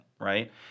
right